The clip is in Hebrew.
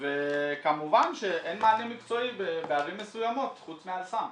וכמובן שאין מענה מקצועי בערים מסוימות חוץ מ"אל סם",